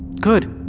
good,